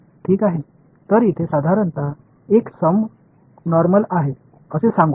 எனவே இங்கே ஒரு சாதாரண கூட்டத் தொகை உள்ளது என்று சொல்லலாம்